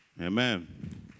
Amen